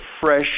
fresh